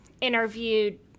interviewed